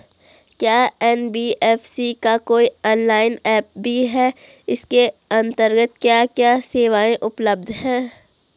क्या एन.बी.एफ.सी का कोई ऑनलाइन ऐप भी है इसके अन्तर्गत क्या क्या सेवाएँ उपलब्ध हैं?